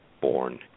born